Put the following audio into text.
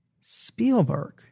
Spielberg